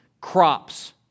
crops